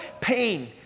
pain